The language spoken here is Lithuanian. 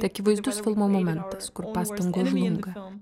tai akivaizdus filmo momentas kur pastangos žlunga